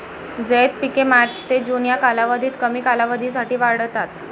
झैद पिके मार्च ते जून या कालावधीत कमी कालावधीसाठी वाढतात